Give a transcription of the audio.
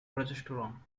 progesterone